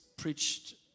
preached